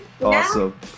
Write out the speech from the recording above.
Awesome